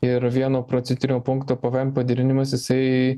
ir vienu procentinio punkto pvm padidinimas jisai